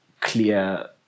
clear